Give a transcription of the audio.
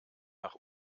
nach